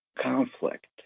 conflict